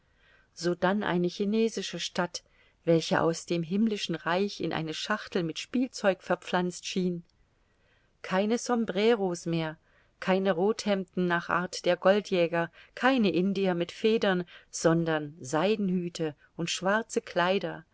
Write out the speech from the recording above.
sodann eine chinesische stadt welche aus dem himmlischen reich in eine schachtel mit spielzeug verpflanzt schien keine sombreros mehr keine rothhemden nach art der goldjäger keine indier mit federn sondern seidenhüte und schwarze kleider